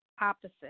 opposite